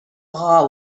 dhá